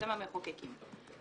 אתם המחוקקים.